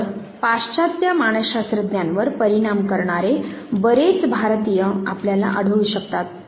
तर पाश्चात्य मानसशास्त्रज्ञांवर परिणाम करणारे बरेच भारतीय आपल्याला आढळू शकतात